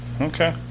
Okay